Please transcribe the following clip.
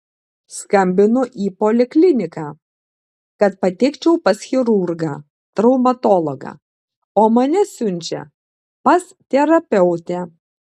skambinu į polikliniką kad patekčiau pas chirurgą traumatologą o mane siunčia pas terapeutę